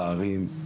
בערים,